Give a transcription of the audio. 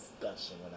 discussion